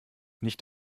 nicht